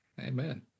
Amen